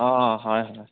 অঁ হয় হয়